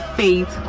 faith